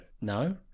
No